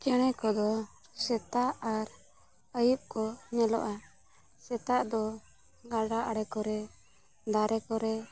ᱪᱮᱬᱮ ᱠᱚᱫᱚ ᱥᱮᱛᱟᱜ ᱟᱨ ᱟᱹᱭᱩᱵ ᱠᱚ ᱧᱮᱞᱚᱜᱼᱟ ᱥᱮᱛᱟᱜ ᱫᱚ ᱜᱟᱰᱟ ᱟᱲᱮ ᱠᱚᱨᱮ ᱫᱟᱨᱮ ᱠᱚᱨᱮ